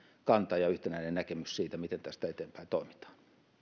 kanta ja yhtenäinen näkemys siitä miten tästä eteenpäin toimitaan